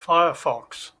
firefox